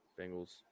Bengals